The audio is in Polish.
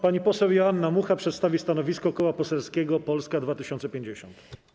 Pani poseł Joanna Mucha przedstawi stanowisko Koła Parlamentarnego Polska 2050.